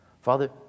Father